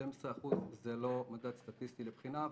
12% זה לא מדד סטטיסטי לבחינה,